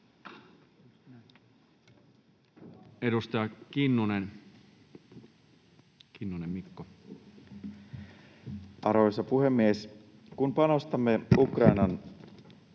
Edustaja Kinnunen, Mikko. Arvoisa puhemies! Kun panostamme Ukrainan